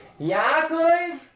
Yaakov